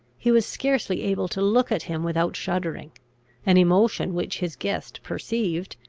he was scarcely able to look at him without shuddering an emotion which his guest perceived,